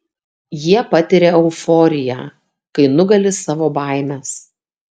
jie patiria euforiją kai nugali savo baimes